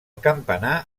campanar